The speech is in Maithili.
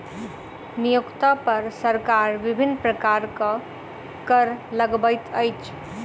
नियोक्ता पर सरकार विभिन्न प्रकारक कर लगबैत अछि